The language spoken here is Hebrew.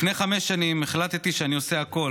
לפני חמש שנים החלטתי שאני עושה הכול